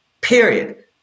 period